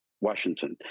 Washington